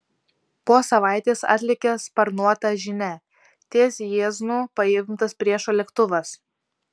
po savaitės atlėkė sparnuota žinia ties jieznu paimtas priešo lėktuvas